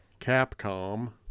capcom